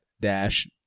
dash